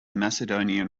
macedonian